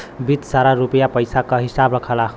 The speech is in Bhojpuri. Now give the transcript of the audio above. वित्त सारा रुपिया पइसा क हिसाब रखला